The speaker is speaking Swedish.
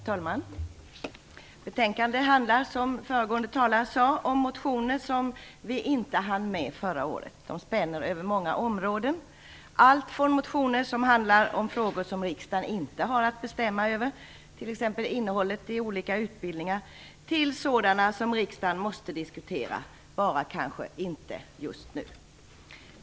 Herr talman! Betänkandet handlar, som föregående talare sade, om motioner som vi inte hann med förra året. De spänner över många områden. Det rör sig om allt från motioner som handlar om frågor som riksdagen inte har att bestämma över, t.ex. innehållet i olika utbildningar, till sådana motioner som riksdagen måste diskutera, bara kanske inte just nu.